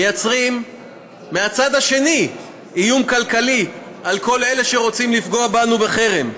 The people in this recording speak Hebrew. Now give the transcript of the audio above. מייצרים מהצד השני איום כלכלי על כל אלה שרוצים לפגוע בנו בחרם,